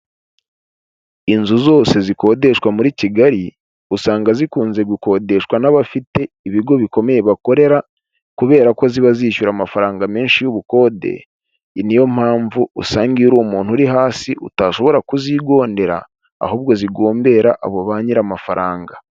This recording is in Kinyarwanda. Inzu zose zikodeshwa muri Kigali, usanga zikunze gukodeshwa n'abafite ibigo bikomeye bakorera kubera ko ziba zishyura amafaranga menshi y'ubukode niyo mpamvu usanga iyo uri umuntu wo hasi, utashobora kuzigondera ahubwo zigombera abo ba nyiri amafaranga.